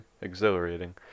exhilarating